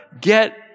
get